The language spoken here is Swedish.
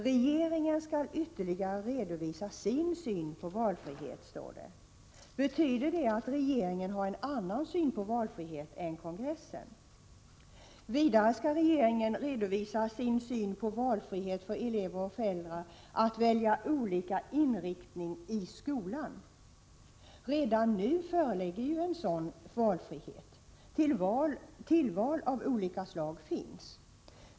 Regeringen skall alltså redovisa sin syn på valfriheten, som det heter. Betyder det att regeringen har en annan syn på valfrihet än kongressen? Vidare skall regeringen redovisa sin syn på valfrihet för elever och föräldrar att välja olika inriktning i skolan. Redan nu föreligger en sådan valfrihet. Tillval av olika slag finns.